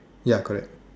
ya correct